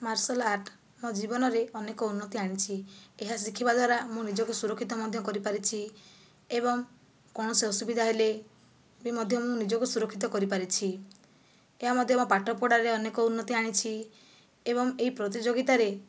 martial art ମୋ ଜୀବନରେ ଅନେକ ଉନ୍ନତି ଆଣିଛି ଏହା ଶିଖିବା ଦ୍ୱାରା ମୁଁ ନିଜକୁ ସୁରକ୍ଷିତ ମଧ୍ୟ କରିପାରିଛି ଏବଂ କୌଣସି ଅସୁବିଧା ହେଲେ ବି ମଧ୍ୟ ମୁଁ ନିଜକୁ ସୁରକ୍ଷିତ କରିପାରିଛି ଏହା ମଧ୍ୟ ମୋ ପାଠ ପଢ଼ାରେ ଅନେକ ଉନ୍ନତି ଆଣିଛି ଏବଂ ଏହି ପ୍ରତିଯୋଗିତାରେ